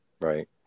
Right